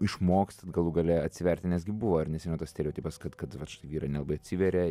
išmokstat galų gale atsiverti nes gi buvo ar ne seniau tas stereotipas kad kad vat štai vyrai nebeatsiveria